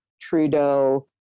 Trudeau